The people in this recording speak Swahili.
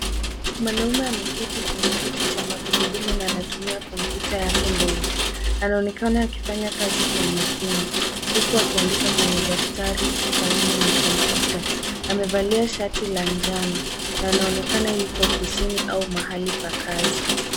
Mwanaume ameketi kwenye kiti cha magurudumu na anatumia kompyuta yake ndogo, anaonekana akifanya kazi kwa umakini, huku akiandika kwenye daftari karibu na kompyuta. Amevalia shati la njano na anaonekana yuko ofisini au mahali pa kazi.